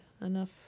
enough